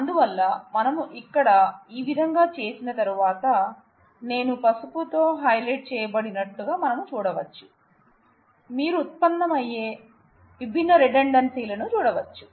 అందువల్ల మనం ఇక్కడ ఆ విధంగా చేసిన తరువాత నేను పసుపుతో హైలైట్ చేయబడినట్లుగా మనం చూడవచ్చు మీరు ఉత్పన్నమయ్యే విభిన్న రిడండాన్సీలను చూడవచ్చు